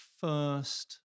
first